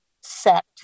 set